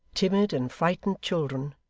timid and frightened children,